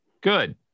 Good